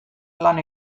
lan